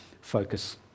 focus